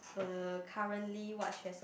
uh currently what stresses